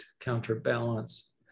counterbalance